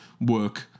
work